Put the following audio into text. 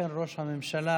ראש הממשלה